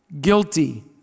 guilty